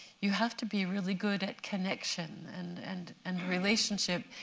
you have to be really good at connection and and and relationship.